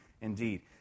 indeed